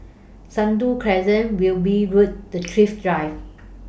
Sentul Crescent Wilby Road The Thrift Drive